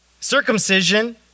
circumcision